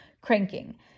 cranking